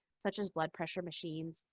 such as blood pressure machines,